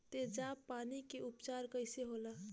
तेजाब पान के उपचार कईसे होला?